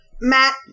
matt